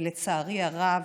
ולצערי הרב,